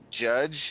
Judge